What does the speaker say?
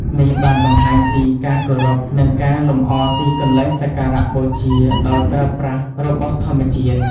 នេះបានបង្ហាញពីការគោរព និងការលម្អទីកន្លែងសក្ការៈបូជាដោយប្រើប្រាស់របស់ធម្មជាតិ។